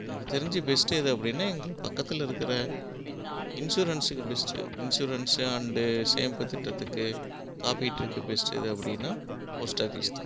எனக்கு தெரிஞ்சு பெஸ்ட்டு எது அப்படின்னா எங்களுக்கு பக்கத்தில் இருக்கிற இன்சூரன்ஸுக்கு பெஸ்ட்டு இன்சூரன்ஸு அண்டு சேமிப்புத் திட்டத்துக்கு காப்பீட்டுக்கு பெஸ்ட் எது அப்படின்னா போஸ்ட் ஆஃபீஸ் தான்